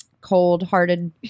cold-hearted